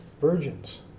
virgins